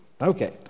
Okay